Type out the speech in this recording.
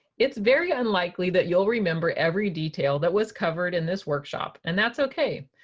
it's very unlikely that you'll remember every detail that was covered in this workshop and that's okay.